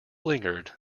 lingered